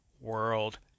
World